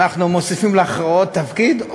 אנחנו מוסיפים לך עוד תפקיד,